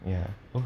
ya